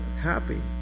happy